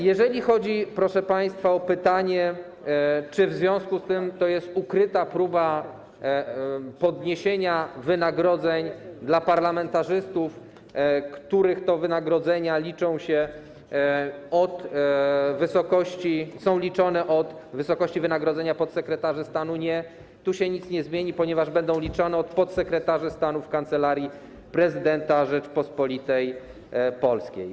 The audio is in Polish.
Jeżeli chodzi, proszę państwa, o pytanie, czy w związku z tym to jest ukryta próba podniesienia wynagrodzeń dla parlamentarzystów, których to wynagrodzenia są liczone od wysokości wynagrodzenia podsekretarzy stanu, nie, tu się nic nie zmieni, ponieważ będą liczone od wysokości wynagrodzenia podsekretarzy stanu w Kancelarii Prezydenta Rzeczypospolitej Polskiej.